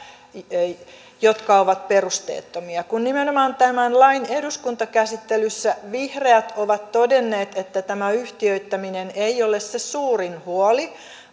jotka ovat perusteettomia nimenomaan tämän lain eduskuntakäsittelyssä vihreät ovat todenneet että tämä yhtiöittäminen ei ole se suurin huoli